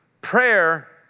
prayer